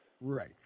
Right